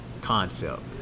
concept